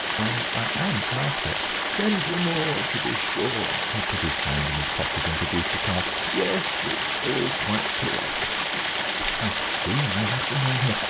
and i am an architect. ventimore, to be sure! he put his hand in his pocket and produced a card yes, it's all quite correct i see i have the name here.